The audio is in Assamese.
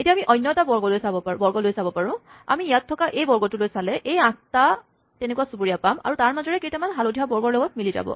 এতিয়া আমি অন্য এটা বৰ্গ লৈ চাব পাৰোঁ আমি ইয়াত থকা এই বৰ্গটো লৈ চালে আঠটা তেনেকুৱা চুবুৰীয়া পাম আৰু তাৰমাজৰে কেইটামান হালধীয়া বৰ্গৰ লগত মিলি যাব